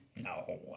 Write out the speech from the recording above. No